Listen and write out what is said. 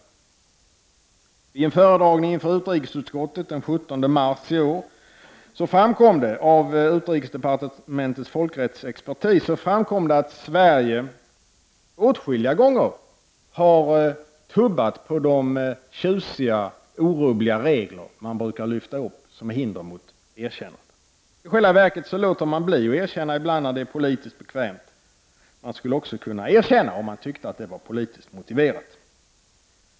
Vid en föredragning för utrikesutskottet den 17 mars i år framkom av utrikesdepartementets folkrättsexpertis att Sverige åtskilliga gånger har tubbat på de tjusiga, orubbliga regler man brukar hänvisa till som hinder mot erkän nande. I själva verket låter man ibland bli att erkänna ett land när det är politiskt bekvämt att göra så. Man skulle också kunna erkänna, om man tyckte att det var politiskt motiverat.